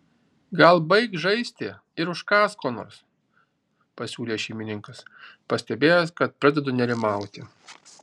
gal baik žaisti ir užkąsk ko nors pasiūlė šeimininkas pastebėjęs kad pradedu nerimauti